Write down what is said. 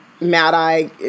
Mad-Eye